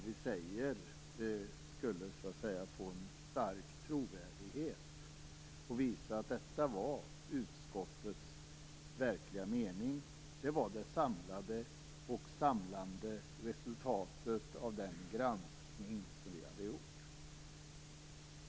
Då skulle det man säger få en stark trovärdighet och visa att detta var utskottets verkliga mening, det samlade och samlande resultatet av den granskning som utskottet gjort.